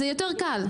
אז זה יותר קל.